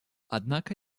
однако